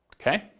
Okay